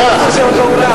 אחת.